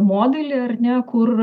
modelį ar ne kur